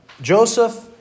Joseph